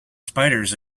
spiders